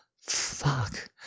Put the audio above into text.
fuck